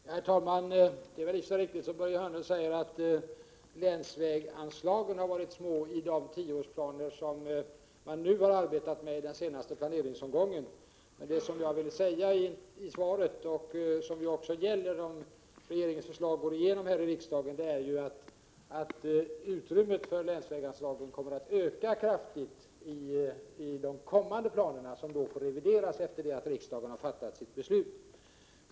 Herr talman! Det är väl i och för sig riktigt, som Börje Hörnlund säger, att länsvägsanslagen har varit små i de tioårsplaner som man har arbetat med i den senaste planeringsomgången. Men — som jag vill säga med svaret — utrymmet för länsväganslagen kommer, om regeringens förslag går igenom här i riksdagen, att öka kraftigt i de kommande planerna, som får revideras sedan riksdagen har fattat sitt beslut.